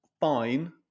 fine